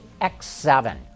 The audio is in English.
X7